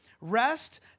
Rest